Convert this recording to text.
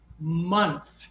month